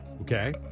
Okay